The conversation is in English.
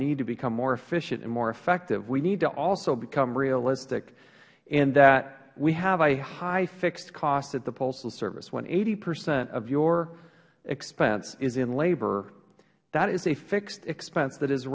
need to become more efficient and more effective we need to also become realistic in that we have a high fixed cost at the postal service when eighty percent of your expense is in labor that is a fixed expense that is